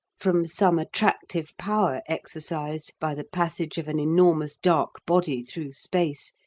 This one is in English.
from some attractive power exercised by the passage of an enormous dark body through space,